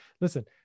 listen